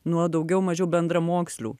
nuo daugiau mažiau bendramokslių